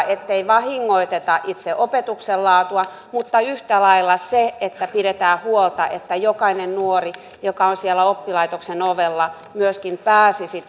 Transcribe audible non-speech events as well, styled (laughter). (unintelligible) ettei vahingoiteta itse opetuksen laatua mutta yhtä lailla pidetään huolta että jokainen nuori joka on siellä oppilaitoksen ovella myöskin pääsisi (unintelligible)